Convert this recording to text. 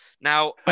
Now